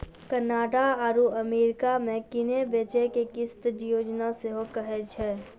Canada आरु America मे किनै बेचै के किस्त योजना सेहो कहै छै